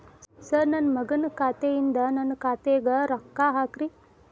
sir ನನ್ನ ಮಗನ ಖಾತೆ ಯಿಂದ ನನ್ನ ಖಾತೆಗ ರೊಕ್ಕಾ ಹಾಕ್ರಿ